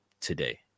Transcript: today